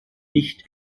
nicht